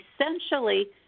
essentially